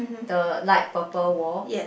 the light purple wall